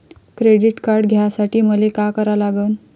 Credit card घ्यासाठी मले का करा लागन?